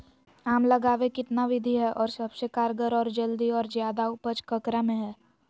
आम लगावे कितना विधि है, और सबसे कारगर और जल्दी और ज्यादा उपज ककरा में है?